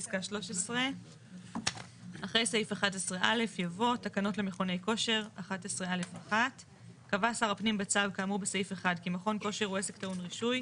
פסקה 13. "אחרי סעיף 11 (א') יבוא תקנות למכוני כושר 11 (א') 1. קבע שר הפנים בצו כאמור בסעיף 1 כי מכון כושר הוא עסק טעון רישוי,